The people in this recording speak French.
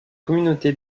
communauté